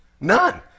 None